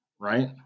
right